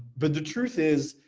but the truth is,